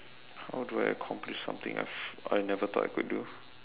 how do I accomplish something I've I never though I could do